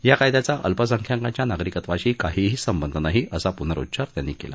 या कायद्याचा अल्पसंख्याकांच्या नागरिकत्वाशी काहीही संबंध नाही असा पुनरुच्चार त्यांनी केला